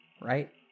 right